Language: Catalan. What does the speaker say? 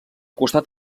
costat